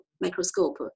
microscope